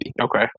Okay